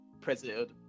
president